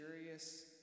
curious